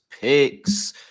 picks